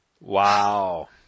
Wow